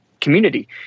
community